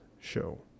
show